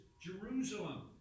Jerusalem